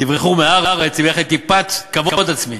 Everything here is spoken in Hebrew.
תברחו מהארץ, אם תהיה לכם טיפת כבוד עצמי.